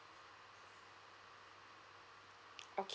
okay